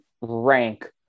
rank